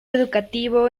educativo